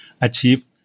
achieve